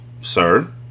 sir